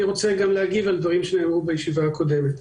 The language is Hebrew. אני רוצה להגיב גם על חלק ממה שנאמר בדיון הקודם.